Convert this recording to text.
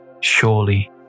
Surely